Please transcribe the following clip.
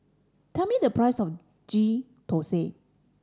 tell me the price of Ghee Thosai